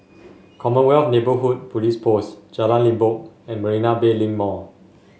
Commonwealth Neighbourhood Police Post Jalan Limbok and Marina Bay Link Mall